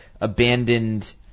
abandoned